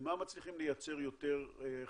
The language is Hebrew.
אם מה מצליחים לייצר יותר חשמל?